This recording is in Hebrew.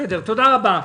תודה רבה.